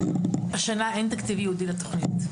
השנה אין תקציב ייעודי לתוכנית.